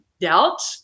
dealt